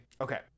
Okay